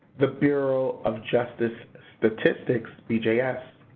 the bureau of justice statistics, bjs,